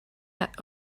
that